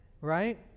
Right